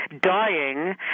dying